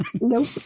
Nope